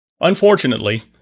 Unfortunately